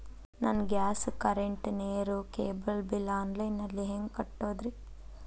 ನನ್ನ gas, current, ನೇರು, cable bill online ನಲ್ಲಿ ಹೆಂಗ್ ಕಟ್ಟೋದ್ರಿ?